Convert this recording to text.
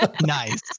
Nice